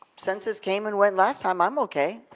census came and went last time, i'm okay.